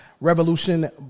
Revolution